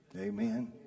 Amen